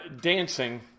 dancing